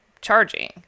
charging